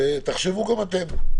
תחשבו גם אתם.